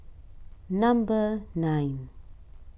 number nine